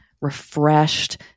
refreshed